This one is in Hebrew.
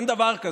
אין דבר כזה.